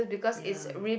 ya